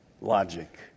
logic